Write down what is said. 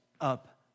up